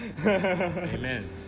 Amen